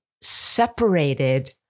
separated